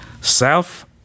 self